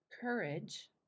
courage